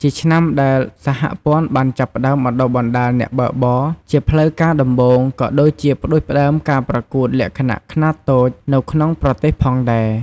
ជាឆ្នាំដែលសហព័ន្ធបានចាប់ផ្ដើមបណ្តុះបណ្តាលអ្នកបើកបរ ជាផ្លូវការដំបូង ក៏ដូចជាផ្ដួចផ្ដើមការប្រកួតលក្ខណៈខ្នាតតូចនៅក្នុងប្រទេសផងដែរ។